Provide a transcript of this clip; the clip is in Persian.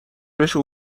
بشه